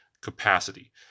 capacity